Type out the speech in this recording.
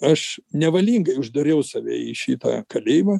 aš nevalingai uždariau save į šitą kalėjimą